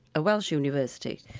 a welsh university.